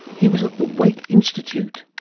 he was at the waite institute.